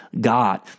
God